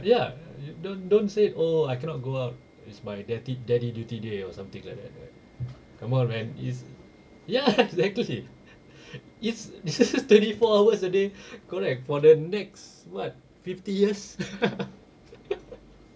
ya you don't don't say oh I cannot go out is my daddy daddy duty day or something like that come on man is ya exactly is this is twenty four hours a day correct for the next what fifty years